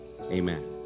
amen